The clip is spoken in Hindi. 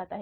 है